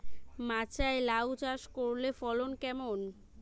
মাচায় লাউ চাষ করলে ফলন কেমন?